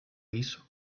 hizo